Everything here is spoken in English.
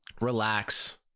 relax